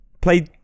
Play